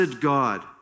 God